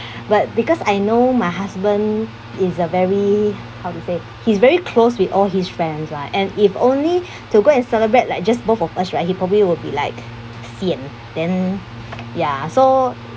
but because I know my husband is a very how to say he's very close with all his friends lah and if only to go and celebrate like just both of us right he probably will be like sian then ya ah so